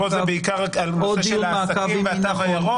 פה זה בעיקר על נושא של העסקים והתו הירוק.